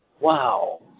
Wow